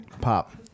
Pop